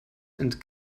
and